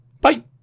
Bye